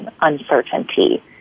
uncertainty